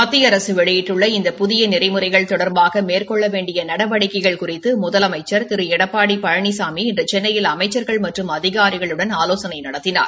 மத்திய அரசு வெளியிட்டுள்ள இந்த புதிய நெறிமுறைகள் தொடர்பாக மேற்கொள்ள வேண்டிய நடவடிக்கைகள் குறித்து முதலமைச்சா் திரு எடப்பாடி பழனிசாமி இன்று சென்னையில் அமைச்சா்கள் மற்றும் அதிகாரிகளுடன் ஆலோசனை நடத்தினார்